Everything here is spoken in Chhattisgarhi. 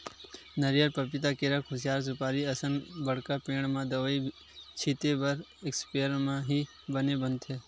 नरियर, पपिता, केरा, खुसियार, सुपारी असन बड़का पेड़ म दवई छिते बर इस्पेयर म ही बने बनथे